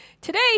today